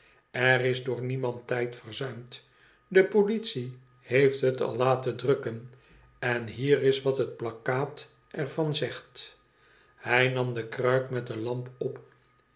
er is door niemand tijd verzuimd de politie heeft het al laten drukken en hier is wat het plakkaat er van zegt hij nam de kruik met de lamp op